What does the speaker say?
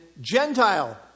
Gentile